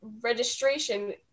registration